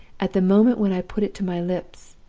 at the moment when i put it to my lips,